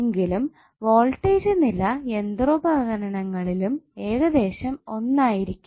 എങ്കിലും വോൾട്ടേജ് നില യന്ത്രോപകരണങ്ങളിലും ഏകദേശം ഒന്നായിരിക്കും